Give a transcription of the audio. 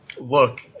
look